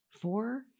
Four